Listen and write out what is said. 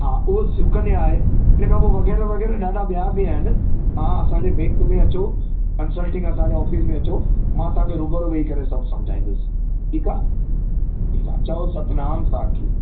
हा उहो सुकन्या आहे हिन खां पोइ वग़ैरह वग़ैरह ॾाढा ॿियां बि आहिनि तव्हां असांजे बैंक में अचो कंसल्टिंग असांजे ऑफ़िस में अचो मां तहां खे रूबरू वेई करे सभ समुझाईंदुसि ठीकु आहे ठीकु आहे चओ सतनाम साखी